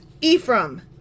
Ephraim